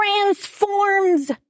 transforms